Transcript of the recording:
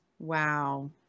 Wow